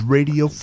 Radio